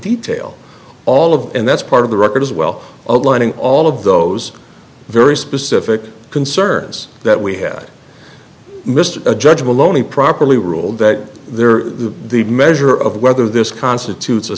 detail all of and that's part of the record as well aligning all of those very specific concerns that we had mr a judge will only properly rule that they're the measure of whether this constitutes a